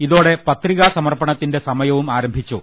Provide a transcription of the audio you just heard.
ഇതോടെ പത്രികാ സമർപ്പണത്തിന്റെ സമയവും ആരംഭിച്ചു